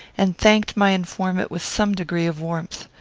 and thanked my informant with some degree of warmth.